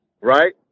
right